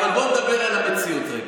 אבל בואו נדבר על המציאות רגע,